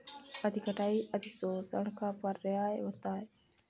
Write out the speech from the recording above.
अति कटाई अतिशोषण का पर्याय होता है